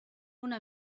una